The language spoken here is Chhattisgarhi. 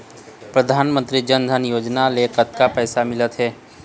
परधानमंतरी जन धन योजना ले कतक पैसा मिल थे?